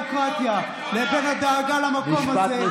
ובין אהבת המדינה ואהבת הדמוקרטיה והדאגה למקום הזה,